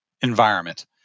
environment